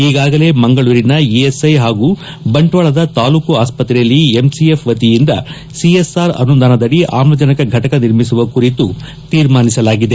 ಈಗಾಗಲೇ ಮಂಗಳೂರಿನ ಇಎಸ್ಐ ಹಾಗೂ ಬಂಟ್ವಾಳದ ತಾಲೂಕು ಆಸ್ವತ್ತೆಯಲ್ಲಿ ಎಂಸಿಎಫ್ ವತಿಯಿಂದ ಸಿಎಸ್ಆರ್ ಅನುದಾನದಡಿ ಆಮ್ಲಜನಕ ಫಟಕ ನಿರ್ಮಿಸುವ ಕುರಿತು ತೀರ್ಮಾನಿಸಲಾಗಿದೆ